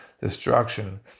destruction